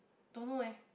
don't know eh